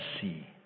see